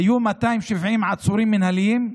היו 270 עצורים מינהליים,